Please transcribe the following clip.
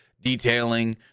detailing